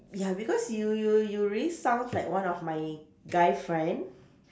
ya because you you you really sounds like one of my guy friend